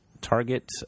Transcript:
target